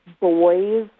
boys